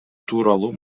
тууралуу